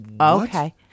Okay